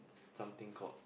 something called